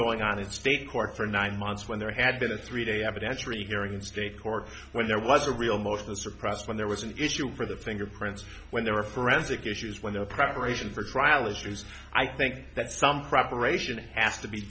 going on in state court for nine months when there had been a three day evidentiary hearing in state court when there was a real most of surprise when there was an issue for the fingerprints when there are forensic issues when their preparation for trial is used i think that some preparation has to be